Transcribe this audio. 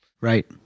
Right